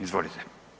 Izvolite.